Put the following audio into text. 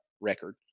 record